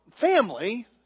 family